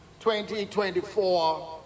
2024